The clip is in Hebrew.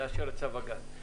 נאשר את צו הגז.